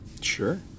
Sure